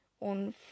on